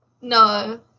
No